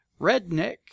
Redneck